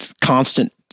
constant